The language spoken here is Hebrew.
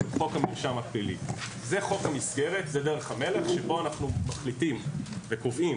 חוק המרשם הפלילי הוא חוק המסגרת וזאת דרך המלך בה אנחנו מחליטים וקובעים